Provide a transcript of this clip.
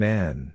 Man